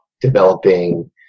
developing